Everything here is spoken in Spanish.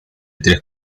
tres